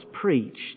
preached